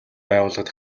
байгууллагад